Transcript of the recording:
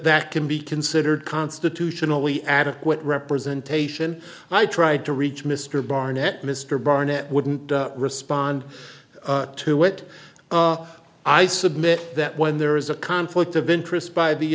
that can be considered constitutionally adequate representation i tried to reach mr barnett mr barnett wouldn't respond to it i submit that when there is a conflict of interest by the